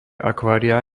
akvária